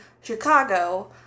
Chicago